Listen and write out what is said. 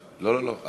לא, לא, לא.